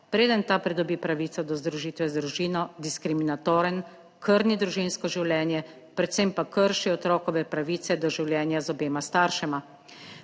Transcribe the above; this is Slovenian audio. preden ta pridobi pravico do združitve z družino, diskriminatoren, krni družinsko življenje, predvsem pa krši otrokove pravice do življenja z obema staršema.